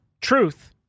truth